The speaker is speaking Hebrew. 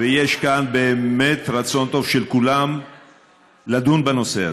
ויש כאן באמת רצון טוב של כולם לדון בנושא הזה,